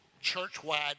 church-wide